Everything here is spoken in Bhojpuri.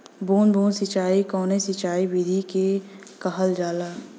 बूंद बूंद सिंचाई कवने सिंचाई विधि के कहल जाला?